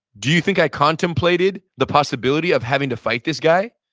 do you think i contemplated the possibility of having to fight this guy?